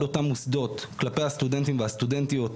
אותם מוסדות כלפי הסטודנטים והסטודנטיות.